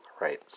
right